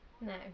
no